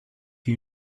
you